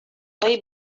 های